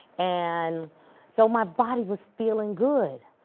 and so my body was feeling good,